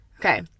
okay